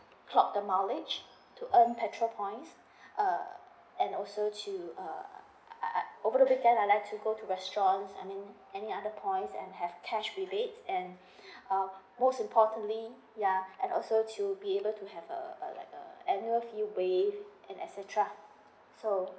clock the mileage to earn petrol points err and also to uh I I I over weekend I like to go to restaurants I mean any other points and have cash rebate and um most importantly ya and also to be able to have a like a annual fee waive and et cetera so